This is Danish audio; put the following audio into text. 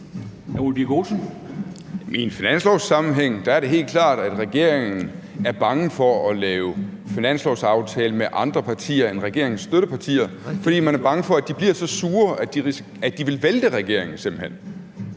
I en finanslovssammenhæng er det helt klart, at regeringen er bange for at lave finanslovsaftaler med andre partier end deres støttepartier, fordi man er bange for, at de bliver så sure, at de simpelt hen vil vælte regeringen.